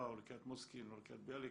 או לקריית מוצקין או לקריית ביאליק,